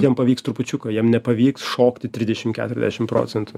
jam pavyks trupučiuką jam nepavyks šokti trisdešim keturiasdešim procentų